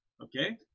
Okay